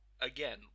again